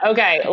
Okay